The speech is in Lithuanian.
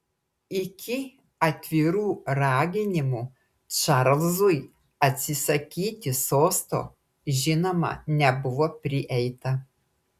iki atvirų raginimų čarlzui atsisakyti sosto žinoma nebuvo prieita